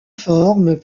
formes